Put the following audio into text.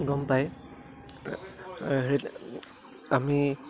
গম পায় হেৰি আমি